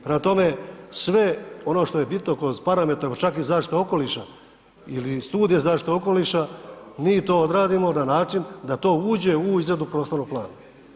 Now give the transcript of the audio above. Prema tome, sve ono što je bitno kroz parametar pa čak i zaštita okoliša ili studija zaštite okoliša, mi to odradimo na način da to uđe u izradu prostornog plana.